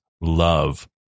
love